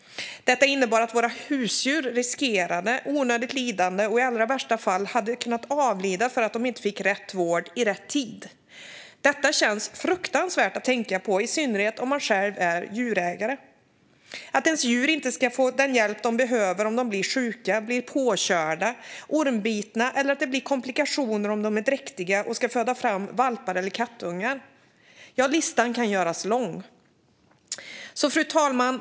Detta innebar att våra husdjur riskerade onödigt lidande. Och i allra värsta fall hade de kunnat avlida för att de inte fick rätt vård i rätt tid. Detta känns fruktansvärt att tänka på, i synnerhet om man själv är djurägare - att ens djur inte ska få den hjälp de behöver om de blir sjuka, blir påkörda, blir ormbitna eller om det blir komplikationer när de är dräktiga och ska föda fram valpar eller kattungar. Listan kan göras lång. Fru talman!